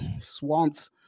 swamps